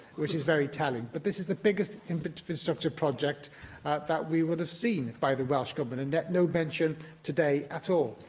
which is very telling. but this is the biggest infrastructure project that we will have seen by the welsh government and yet no mention today at all.